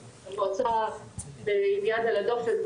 המועצה עם יד על הדופק,